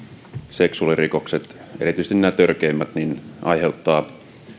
seksuaalirikokset erityisesti nämä törkeimmät aiheuttavat